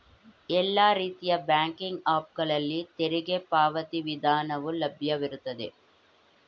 ಎಲ್ಲಾ ರೀತಿಯ banking app ಗಳಲ್ಲಿ ತೆರಿಗೆ ಪಾವತಿ ವಿಧಾನವು ಲಭ್ಯವಿದೆ